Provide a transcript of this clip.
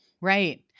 Right